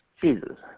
Jesus